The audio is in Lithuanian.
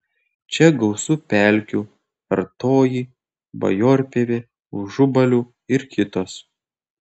čia gausu pelkių artoji bajorpievė užubalių ir kitos